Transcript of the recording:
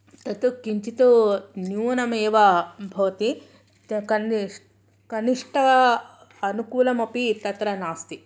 तत् किञ्चित् न्यूनमेव भवति तत्कनिष्ट अनुकूलमपि तत्र नास्ति